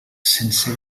sense